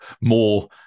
more